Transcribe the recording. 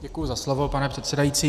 Děkuji za slovo, pane předsedající.